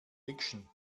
fiction